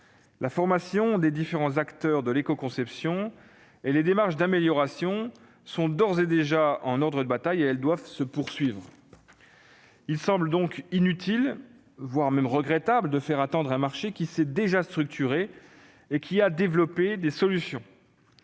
La formation des différents acteurs de l'écoconception et les démarches d'amélioration sont en ordre de bataille, et elles doivent se poursuivre. Il semble donc inutile, voire regrettable, de faire attendre un marché qui s'est déjà structuré et qui a développé des solutions.